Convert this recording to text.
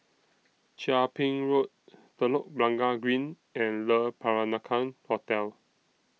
Chia Ping Road Telok Blangah Green and Le Peranakan Hotel